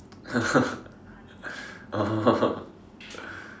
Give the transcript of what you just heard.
oh